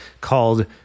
called